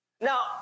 Now